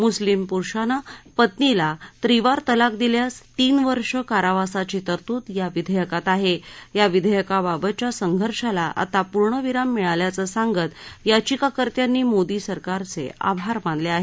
मुस्लिम पुरुषानं पत्नीला त्रिवार तलाक दिल्यास तीन वर्ष कारावासाची तरतूद या विधेयकात आहे या विधेयकाबाबतच्या संघर्षाला आता पुर्णविराम मिळाल्याचं सांगत याचिकाकर्त्यांनी मोदी सरकारच आभार मानले आहेत